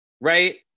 right